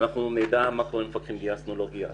גיוס המפקחים,